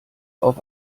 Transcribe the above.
auf